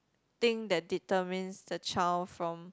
thing that determines the child from